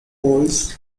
poles